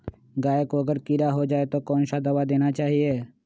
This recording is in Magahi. गाय को अगर कीड़ा हो जाय तो कौन सा दवा देना चाहिए?